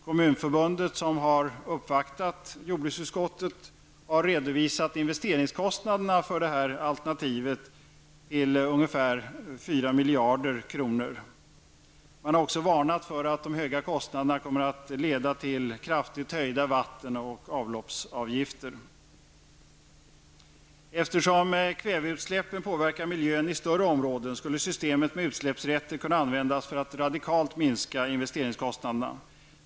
Kommunförbundet har uppvaktat jordbruksutskottet och redovisat investeringskostnaden för detta alternativ till ca 4 miljarder kronor. Man har också varnat för att den höga kostnaden kommer att leda till kraftigt höjda vatten och avloppsavgifter. Eftersom kväveutsläppen påverkar miljön i större områden skulle systemet med utsläppsrätter kunna användas för att radikalt minska investeringskostnaderna.